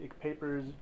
papers